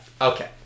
Okay